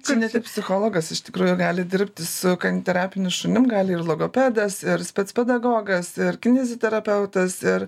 čia ne tik psichologas iš tikrųjų gali dirbti su terapiniu šunim gali ir logopedas ir spetspedagogas ir kineziterapeutas ir